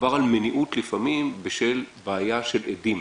מדובר על מניעות לפעמים בשל בעיה של עדים.